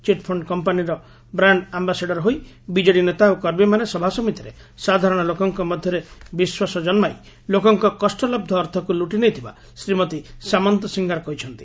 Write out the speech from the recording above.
chit fund କମ୍ପାନୀର brand ambassador ହୋଇ BJD ନେତା ଓ କର୍ମୀମାନେ ସଭା ସମିତିରେ ସାଧାରଶ ଲୋକଙ୍କ ମଧରେ ବିଶ୍ୱାସ ଜନ୍ନାଇ ଲୋକଙ୍କ କଷ୍ଟଲହ ଅର୍ଥକୁ ଲୁଟି ନେଇଥିବା ଶ୍ରୀମତୀ ସାମନ୍ତସିଂହାର କହିଛନ୍ତି